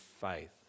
faith